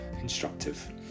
instructive